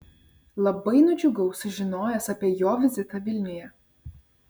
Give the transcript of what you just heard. labai nudžiugau sužinojęs apie jo vizitą vilniuje